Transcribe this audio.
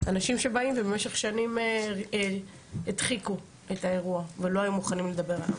אנשים שבאים ובמשך שנים הדחיקו את האירוע ולא היו מוכנים לדבר.